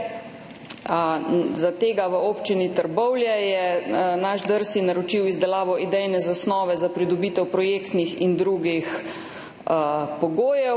za tega v občini Trbovlje je naš DRSI naročil izdelavo idejne zasnove za pridobitev projektnih in drugih pogojev.